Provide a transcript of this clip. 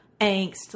angst